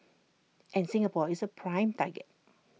and Singapore is A prime target